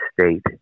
State